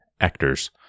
actors